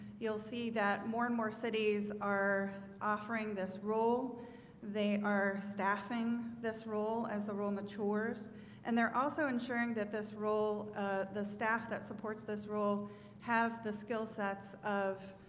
you'll see that more and more cities are offering this role they are staffing this role as the role matures and they're also ensuring that this role the staff that supports this role have the skill sets of